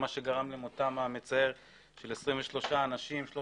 מה שגרם למותם המצער של 23 אנשים ופציעתם של